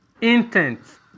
intent